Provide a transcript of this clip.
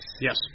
Yes